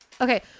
Okay